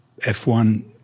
F1